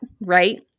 right